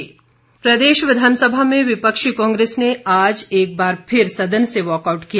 walkout प्रदेश विधानसभा में विपक्षी कांग्रेस ने आज एक बार फिर सदन से वॉकआउट किया